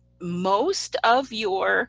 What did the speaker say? most of your